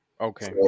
Okay